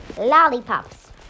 lollipops